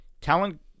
talent